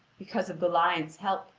because of the lion's help,